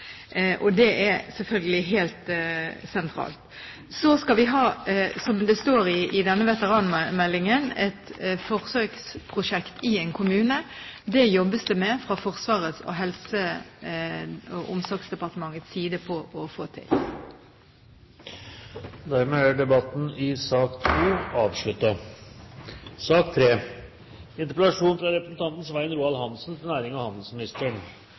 Det er selvfølgelig helt sentralt. Så skal vi, som det står i denne veteranmeldingen, ha et forsøksprosjekt i en kommune. Det jobbes det fra Forsvarets og Helse- og omsorgsdepartementets side med å få til. Dermed er debatten i sak nr. 2 avsluttet.